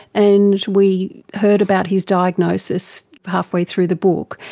and we heard about his diagnosis halfway through the book,